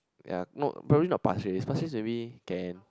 ya not probably not Pasir-Ris Pasir-Ris very can